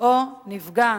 או נפגע